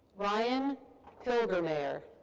ryan pilgermayer.